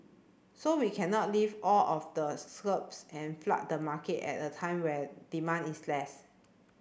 so we cannot lift all of the and flood the market at a time when demand is less